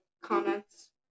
comments